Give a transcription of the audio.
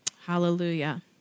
Hallelujah